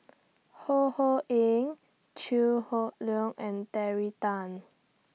Ho Ho Ying Chew Hock Leong and Terry Tan